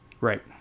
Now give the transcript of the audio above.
Right